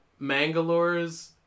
Mangalores